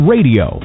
Radio